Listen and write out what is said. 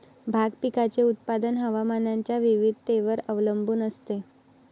भाग पिकाचे उत्पादन हवामानाच्या विविधतेवर अवलंबून असते